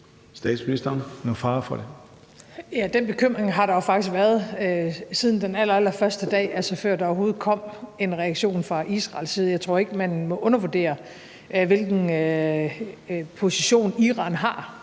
den bekymring har der jo faktisk været siden den allerallerførste dag, altså før der overhovedet kom en reaktion fra Israels side. Jeg tror ikke, at man må undervurdere, hvilken position Iran har